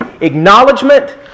Acknowledgement